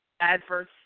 adverse